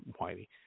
Whitey